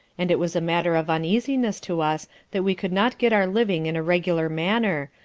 and it was matter of uneasiness to us that we could not get our living in a regular manner,